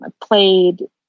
played